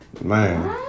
Man